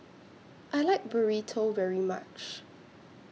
I like Burrito very much